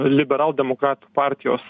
liberaldemokratų partijos